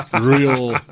real